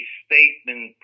statement